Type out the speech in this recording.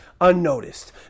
unnoticed